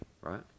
right